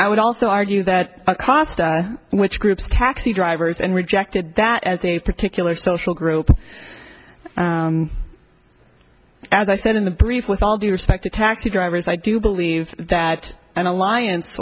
i would also argue that a cost which groups taxi drivers and rejected that as a particular social group as i said in the brief with all due respect to taxi drivers i do believe that an alliance